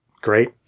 Great